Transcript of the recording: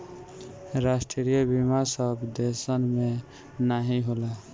राष्ट्रीय बीमा सब देसन मे नाही होला